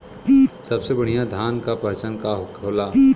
सबसे बढ़ियां धान का पहचान का होला?